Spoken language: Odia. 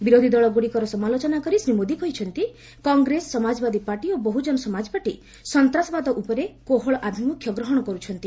ବିରୋଧୀଦଳ ଗୁଡ଼ିକର ସମାଲୋଚନା କରି ଶ୍ରୀ ମୋଦି କହିଛନ୍ତି କଂଗ୍ରେସ ସମାଜବାଦୀ ପାର୍ଟି ଓ ବହୁଜନ ସମାଜ ପାର୍ଟି ସନ୍ତାସବାଦ ଉପରେ କୋହଳ ଆଭିମୁଖ୍ୟ ଗ୍ରହଣ କରୁଛନ୍ତି